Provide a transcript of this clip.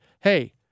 hey